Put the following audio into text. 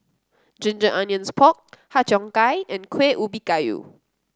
Ginger Onions Pork Har Cheong Gai and Kuih Ubi Kayu